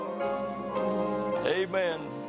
Amen